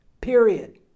Period